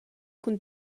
cun